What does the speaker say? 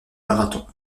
marathon